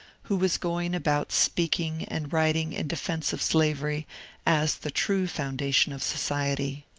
who was going about speaking and writing in defence of slavery as the true foundation of society.